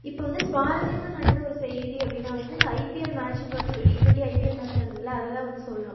இப்போ வந்து சுவாரஸ்யமா நடந்த ஒரு செய்தி அப்படின்னா வந்துவிட்டு இந்த ஐபில் மேட்ச் இப்போ two T twenty IPL match நடந்துதுல்ல அத தான் வந்து சொல்லணும்